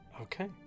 Okay